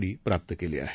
D प्राप्त केली आहे